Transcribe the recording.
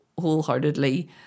wholeheartedly